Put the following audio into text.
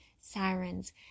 sirens